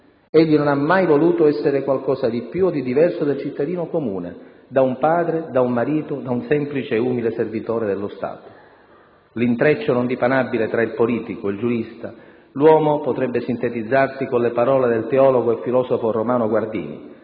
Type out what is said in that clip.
Egli non ha mai voluto essere qualcosa di più o di diverso dal cittadino comune, da un padre, da un marito, da un semplice e umile servitore dello Stato. L'intreccio non dipanabile tra il politico, il giurista, l'uomo potrebbe sintetizzarsi con le parole del teologo e filosofo Romano Guardini: